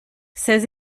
ces